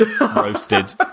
roasted